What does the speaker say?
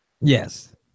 yes